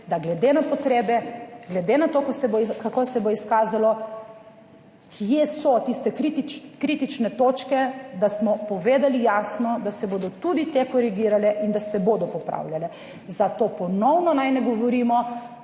da glede na potrebe, glede na to, ko se bo kako se bo izkazalo, kje so tiste kriti kritične točke, da smo povedali jasno, da se bodo tudi te korigirale in da se bodo popravljale. Zato ponovno naj ne govorimo,